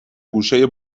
گوشه